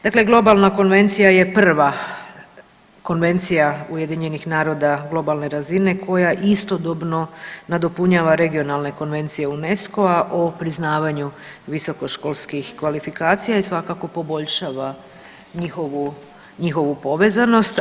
Dakle, globalna konvencija je prva konvencija UN-a globalne razine koja istodobno nadopunjava regionalne konvencije UNESCO-a o priznavanju visokoškolskih kvalifikacija i svakako poboljšava njihovu povezanost.